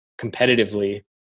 competitively